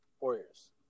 Warriors